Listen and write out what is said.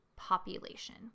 population